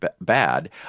bad